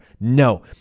No